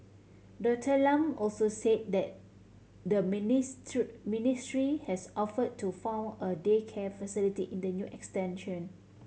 Doctor Lam also say that the ministry has offered to fund a daycare facility in the new extension